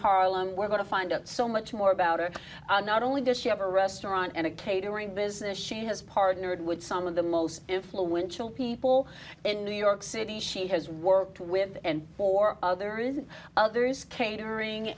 harlem we're going to find out so much more about it not only does she have a restaurant and a catering business she has partnered with some of the most influential people in new york city she has worked with and for others and others came during